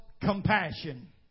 compassion